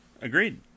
agreed